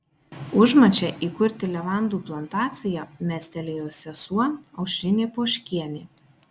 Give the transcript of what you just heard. užmačią įkurti levandų plantaciją mestelėjo sesuo aušrinė poškienė